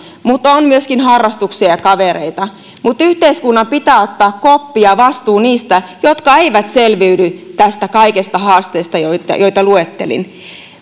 mutta on myöskin harrastuksia ja kavereita mutta yhteiskunnan pitää ottaa koppi ja vastuu niistä jotka eivät selviydy näistä kaikista haasteista joita joita luettelin